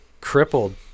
crippled